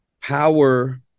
power